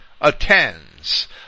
attends